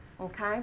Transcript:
Okay